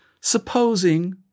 supposing